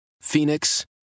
Phoenix